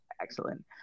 Excellent